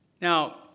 Now